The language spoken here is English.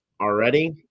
Already